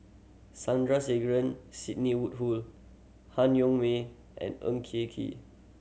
Sandrasegaran Sidney Woodhull Han Yong May and Ng Kee Kee